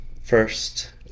first